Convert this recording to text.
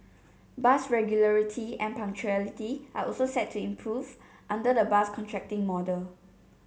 bus regularity and punctuality are also set to improve under the bus contracting model